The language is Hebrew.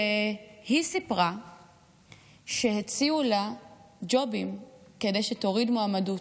והיא סיפרה שהציעו לה ג'ובים כדי שתוריד מועמדות,